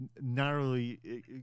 narrowly